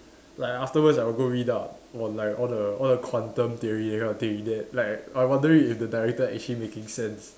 like afterwards I'll go read up on like all the all the quantum theory that kind of thing that like I wondering if the director actually making sense